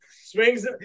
swings